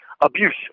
Abuse